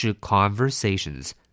conversations